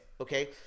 okay